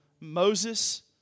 Moses